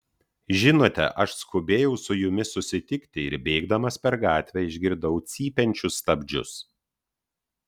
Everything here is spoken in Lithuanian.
žinote aš skubėjau su jumis susitikti ir bėgdamas per gatvę išgirdau cypiančius stabdžius